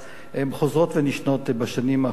הן חוזרות ונשנות בשנים האחרונות,